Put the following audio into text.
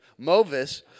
Movis